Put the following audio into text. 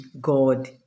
god